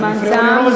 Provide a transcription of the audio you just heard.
הזמן תם.